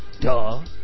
duh